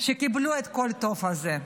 שקיבלו את כל הטוב הזה.